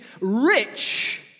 rich